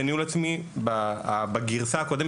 בניהול עצמי בגרסה הקודמת,